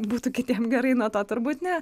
būtų kitiem gerai nuo to turbūt ne